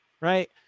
right